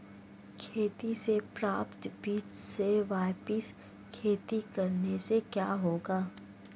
खेती से प्राप्त बीज से वापिस खेती करने से क्या होगा?